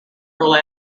rule